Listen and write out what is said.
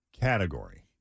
Category